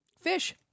Fish